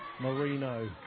Marino